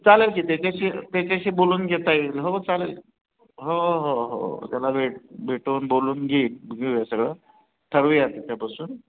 चालेल की त्याच्याशी त्याच्याशी बोलून घेता येईल हो चालेल हो हो हो त्याला भेट भेटून बोलून घेईन घेऊया सगळं ठरवू या त्याच्यापासून